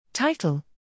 Title